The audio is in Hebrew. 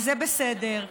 זה בסדר,